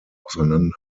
auseinander